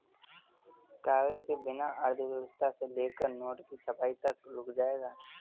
कागज के बिना अर्थव्यवस्था से लेकर नोट की छपाई तक रुक जाएगा